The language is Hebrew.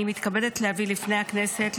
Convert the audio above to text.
אני מתכבדת להביא בפני הכנסת,